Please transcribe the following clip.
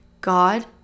God